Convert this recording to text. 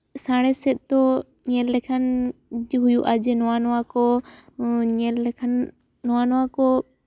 ᱥᱟᱬᱮᱥ ᱥᱮᱫ ᱛᱚ ᱧᱮᱞ ᱞᱮᱠᱷᱟᱱ ᱡᱮ ᱦᱩᱭᱩᱜᱼᱟ ᱱᱚᱣᱟ ᱱᱚᱣᱟ ᱠᱚ ᱧᱮᱞ ᱞᱮᱠᱷᱟᱱ ᱱᱚᱣᱟ ᱱᱚᱣᱟ ᱠᱚ